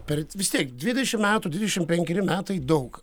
per vis tiek dvidešim metų dvidešim penkeri metai daug